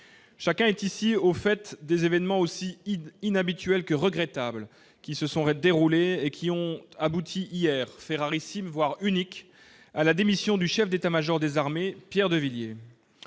chacun est ici au fait des événements aussi inhabituel que regrettable qui se sont va dérouler et qui ont abouti hier fait rarissime, voire unique à la démission du chef d'État-Major des armées, Pierre de Villiers